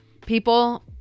People